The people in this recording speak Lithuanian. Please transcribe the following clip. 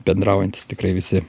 bendraujantys tikrai visi